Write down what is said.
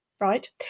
Right